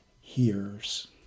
hears